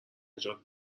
نجات